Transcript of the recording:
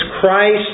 Christ